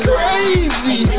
Crazy